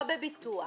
לא בביטוח.